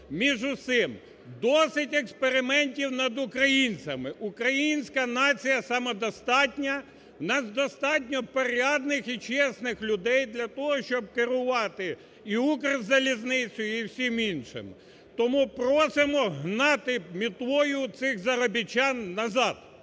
між усім. Досить експериментів над українцями. Українська нація самодостатня, в нас достатньо порядних і чесних людей для того, щоб керувати і "Укрзалізницею", і всім іншим. Тому просимо гнати мітлою цих заробітчан назад.